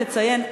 לציין,